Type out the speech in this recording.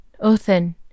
Othin